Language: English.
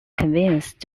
convinced